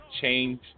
Change